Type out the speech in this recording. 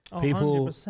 People